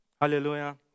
Hallelujah